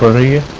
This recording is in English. ah the